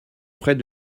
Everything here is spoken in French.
frais